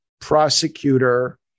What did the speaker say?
prosecutor